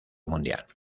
mundial